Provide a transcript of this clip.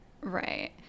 Right